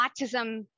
autism